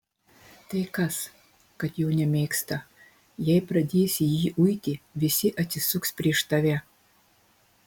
tai kas kad jo nemėgsta jei pradėsi jį uiti visi atsisuks prieš tave